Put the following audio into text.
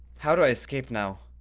how do i escape now?